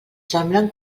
semblen